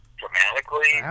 dramatically